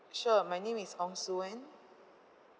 sure my name is ong su wen